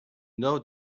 know